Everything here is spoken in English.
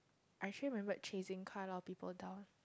I still remembered chasing quite a lot of people down